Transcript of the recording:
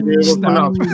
Stop